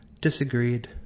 disagreed